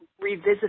revisit